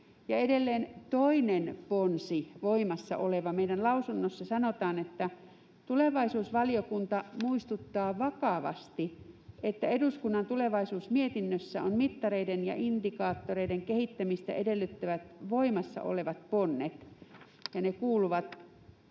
edelleen toinen ponsi, voimassa oleva, meidän lausunnossamme sanotaan: ”Tulevaisuusvaliokunta muistuttaa vakavasti, että eduskunnan tulevaisuusmietinnössä on mittareiden ja indikaattoreiden kehittämistä edellyttävät voimassa olevat ponnet.” Ne kuuluvat: